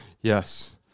Yes